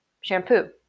shampoo